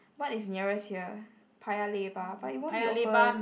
what is nearest here Paya-Lebar but it won't be open